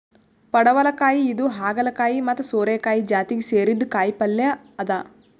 ಪಡವಲಕಾಯಿ ಇದು ಹಾಗಲಕಾಯಿ ಮತ್ತ್ ಸೋರೆಕಾಯಿ ಜಾತಿಗ್ ಸೇರಿದ್ದ್ ಕಾಯಿಪಲ್ಯ ಅದಾ